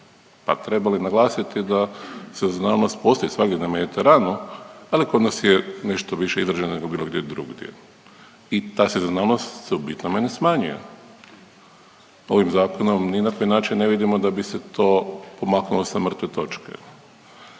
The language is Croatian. pa treba li naglasiti da se zna da postoji svagdje na Mediteranu ali kod nas je nešto više izražena nego bilo gdje drugdje. I ta sezonalnost se u bitnome ne smanjuje. Ovim zakonom ni na koji način ne vidimo da bi se to pomaknulo sa mrtve točke.